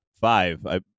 five